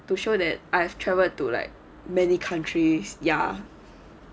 to show that I've traveled to like many countries ya